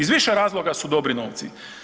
Iz više razloga su dobri novci.